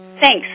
Thanks